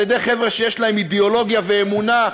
על-ידי חבר'ה שיש להם אידיאולוגיה ואמונה.